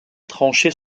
tranchées